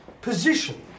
position